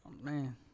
man